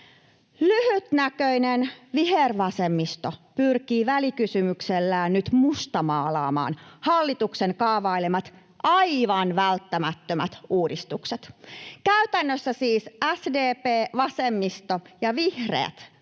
Lyhytnäköinen vihervasemmisto pyrkii välikysymyksellään nyt mustamaalaamaan hallituksen kaavailemat aivan välttämättömät uudistukset. Käytännössä siis SDP, vasemmisto ja vihreät vaativat,